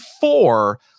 four